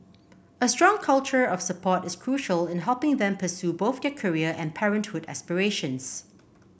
a strong culture of support is crucial in helping them pursue both their career and parenthood aspirations